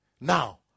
now